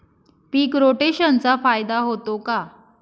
पीक रोटेशनचा फायदा होतो का?